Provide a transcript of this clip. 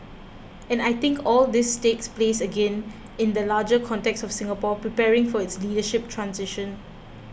and I think all this takes place again in that larger context of Singapore preparing for its leadership transition